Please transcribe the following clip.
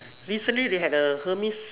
recently they had a Hermes